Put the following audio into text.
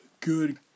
good